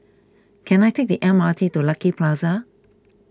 can I take the M R T to Lucky Plaza